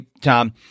Tom